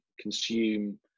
consume